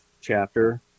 chapter